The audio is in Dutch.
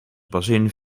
bazin